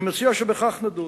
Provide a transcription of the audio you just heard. אני מציע שבכך נדון.